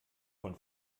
von